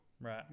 Right